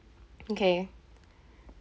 okay